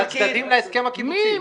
של הצדדים להסכם הקיבוצי.